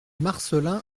marcelin